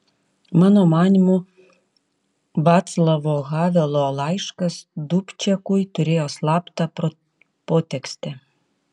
mano manymu vaclavo havelo laiškas dubčekui turėjo slaptą potekstę